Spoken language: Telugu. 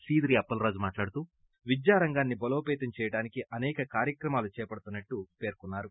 సీదిరి అప్పల్ రాజు మాట్లాడుతూ విద్యారంగాన్ని బలోపితం చేయుటికు అసేక కార్యక్రమాలు చేపడుతున్నా మని పేర్కొన్నారు